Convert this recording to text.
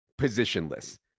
positionless